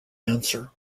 answer